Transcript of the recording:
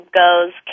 goes